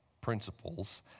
principles